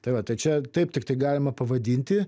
tai va tai čia taip tik tai galima pavadinti